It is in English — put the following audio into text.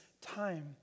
time